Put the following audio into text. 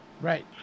Right